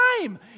time